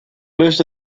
most